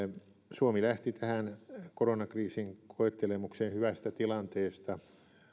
suomi lähti tähän koronakriisin koettelemukseen hyvästä tilanteesta